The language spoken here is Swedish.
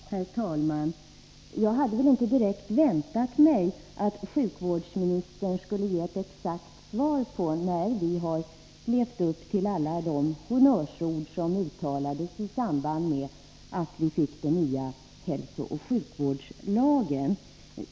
Herr talman! Jag hade väl inte direkt väntat mig att sjukvårdsministern skulle ge ett exakt svar på när vi har levt upp till alla de honnörsord som uttalades i samband med att vi fick den nya hälsooch sjukvårdslagen.